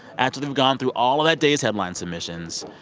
after they've gone through all of that day's headline submissions,